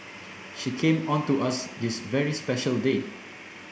she came on to us on this very special day